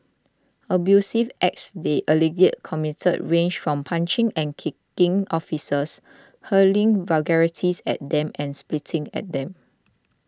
abusive acts they allegedly committed range from punching and kicking officers hurling vulgarities at them and spitting at them